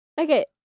Okay